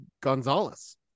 gonzalez